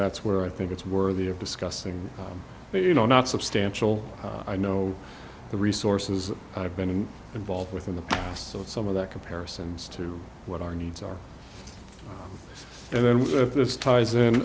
that's where i think it's worthy of discussing you know not substantial i know the resources i've been involved with in the past so some of that comparisons to what our needs are and then with this ties